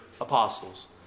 apostles